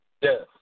Yes